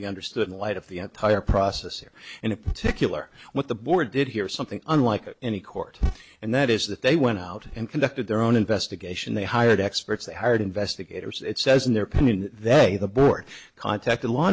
be understood in light of the entire process or in a particular what the board did hear something unlike any court and that is that they went out and conducted their own investigation they hired experts they hired investigators it says in their opinion they the board contacted law